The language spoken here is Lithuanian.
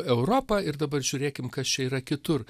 europą ir dabar žiūrėkim kas čia yra kitur